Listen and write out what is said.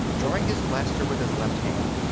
drawing his blaster with his left hand.